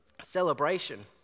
celebration